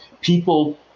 people